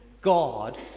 God